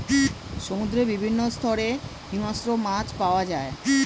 সমুদ্রের বিভিন্ন স্তরে হিংস্র মাছ পাওয়া যায়